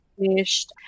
finished